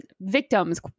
victims